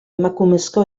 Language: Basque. emakumezko